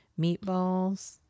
Meatballs